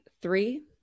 three